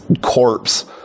corpse